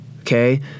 okay